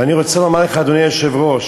ואני רוצה לומר לך, אדוני היושב-ראש,